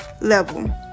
level